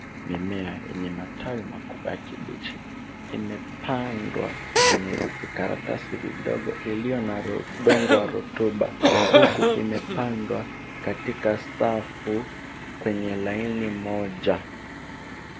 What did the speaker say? Mimea yenye matawi makubwa ya kibichi, imepandwa kwenye vijikaratasi vidogo iliyo na udongo wa rotuba huku imepandwa katika safu kwenye laini moja.